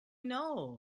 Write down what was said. know